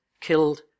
killed